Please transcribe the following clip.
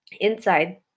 inside